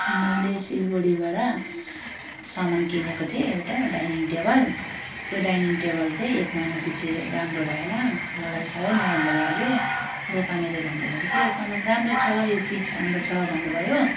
मैले सिलगढीबाट सामान किनेको थिएँ एउटा डाइनिङ टेबल त्यो डाइनिङ टेबल चाहिँ एक महिनापिछे राम्रो भएन मलाई साह्रै नराम्रो लाग्यो दोकानेले भन्नुभएको थियो समान राम्रो छ यो चिज राम्रो छ भन्नुभयो